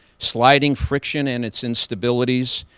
sliding friction and it's instabilities,